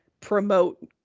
promote